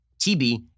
TB